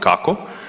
Kako?